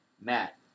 Matt